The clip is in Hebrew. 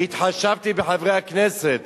כי התחשבתי בחברי הכנסת,